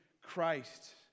Christ